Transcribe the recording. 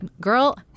girl